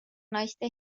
naiste